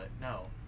no